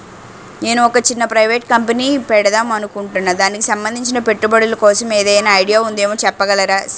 నేను ఒక చిన్న ప్రైవేట్ కంపెనీ పెడదాం అనుకుంటున్నా దానికి సంబందించిన పెట్టుబడులు కోసం ఏదైనా ఐడియా ఉందేమో చెప్పగలరా?